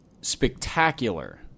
spectacular